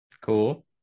cool